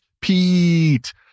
pete